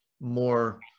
more